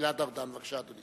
גלעד ארדן, בבקשה, אדוני.